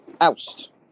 oust